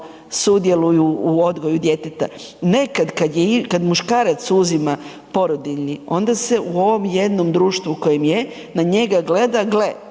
sudjeluju u odgoju djeteta. Nekad kad muškarac uzima porodiljni, onda se u ovom jednom društvu u kojem je, na njega gleda, gle